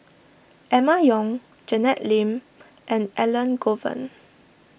Emma Yong Janet Lim and Elangovan